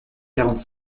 quarante